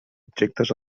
objectes